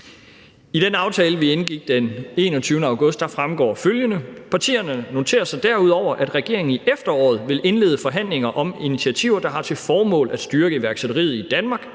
I den aftale, vi indgik den 21. august, fremgår følgende: »Partierne noterer sig derudover, at regeringen i efteråret vil indlede forhandlinger, om initiativer der har til formål at styrke iværksætteriet i Danmark.